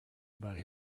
about